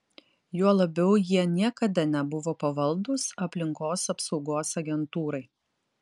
juo labiau jie niekada nebuvo pavaldūs aplinkos apsaugos agentūrai